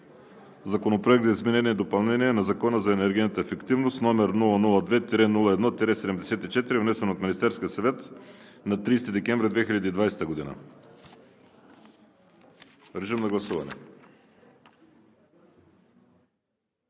Законопроект за изменение и допълнение на Закона за енергийната ефективност, № 002-01-74, внесен от Министерския съвет на 30 декември 2020 г. Гласували